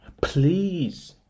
please